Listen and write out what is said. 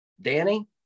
Danny